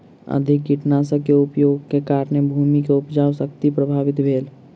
अधिक कीटनाशक के उपयोगक कारणेँ भूमि के उपजाऊ शक्ति प्रभावित भेल